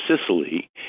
Sicily